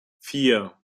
vier